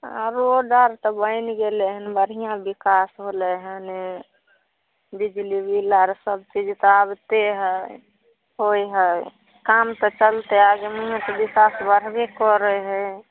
आब रोड आर तऽ बनि गेलै हन बढ़िआँ विकास होलइ हने बिजली बिल आर सब चीज तऽ आबिते हए होइ हए काम तऽ चलतै आदमियेके विकास बढ़बे करै हइ